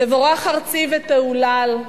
תבורך ארצי ותהולל,